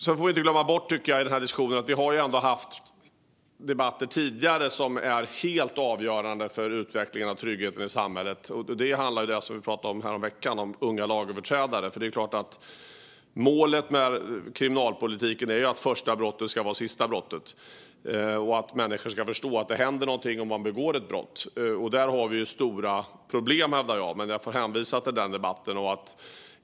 Vi får inte glömma bort att vi har haft debatter tidigare som varit helt avgörande för utvecklingen av tryggheten i samhället. Det handlar om det som vi talade om häromveckan: unga lagöverträdare. Målet med kriminalpolitiken är såklart att första brottet ska vara sista brottet. Människor ska förstå att det händer någonting om man begår ett brott. Där har vi stora problem, hävdar jag. Men jag får hänvisa till den debatten.